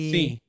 Sim